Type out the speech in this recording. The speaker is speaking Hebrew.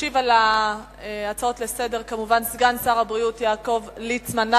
ישיב על ההצעות לסדר-היום סגן שר הבריאות יעקב ליצמן.